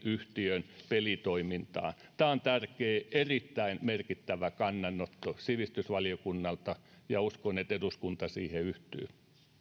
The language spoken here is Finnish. yhtiön pelitoimintaan tämä on tärkeä erittäin merkittävä kannanotto sivistysvaliokunnalta ja uskon että eduskunta siihen yhtyy